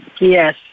Yes